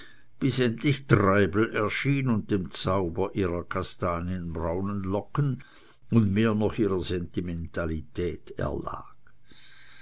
bis endlich treibel erschien und dem zauber ihrer kastanienbraunen locken und mehr noch ihrer sentimentalitäten erlag